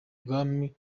ibwami